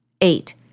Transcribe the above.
Eight